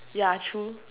yeah true